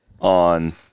on